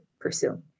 pursue